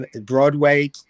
Broadway